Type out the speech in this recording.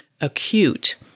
acute